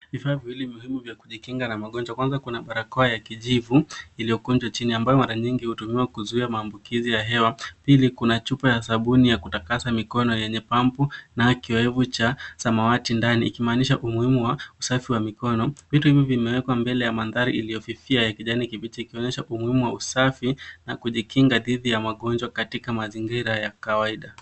vifaa vya kujikinga na magonjwa, ikiwemo barakoa ya kijivuu. Sehemu hii ipo chini na mara nyingi hutumika kuzuia maambukizi ya magonjwa. Pia ipo chupa ya sabuni ya kuosha mikono yenye rangi ya samawati ndani. Vifaa hivi vinaashiria umuhimu wa usafi wa mikono. Vitu hivi vya kujikinga vimewekwa mbele ya mandari wenye ukubwa kwa rangi ya kijani kibichi, kuonyesha umuhimu wa usafi na kujikinga dhidi ya magonjwa katika mazingira ya kawaida